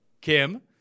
kim